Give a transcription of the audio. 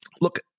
Look